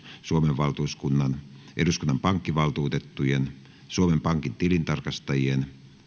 suomen valtuuskunnan eduskunnan pankkivaltuutettujen suomen pankin tilintarkastajien